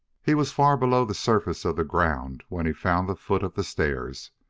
he was far below the surface of the ground when he found the foot of the stairs.